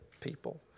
people